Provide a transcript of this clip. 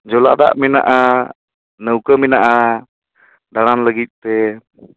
ᱡᱚᱞᱟᱫᱟᱜ ᱢᱮᱱᱟᱜᱼᱟ ᱱᱟᱹᱣᱠᱟᱹ ᱢᱮᱱᱟᱜᱼᱟ ᱫᱟᱬᱟᱱ ᱞᱟᱹᱜᱤᱫᱽᱛᱮ